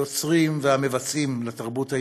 היוצרים והמבצעים בתרבות הישראלית.